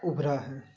ابھرا ہے